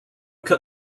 cut